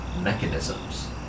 mechanisms